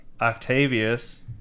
Octavius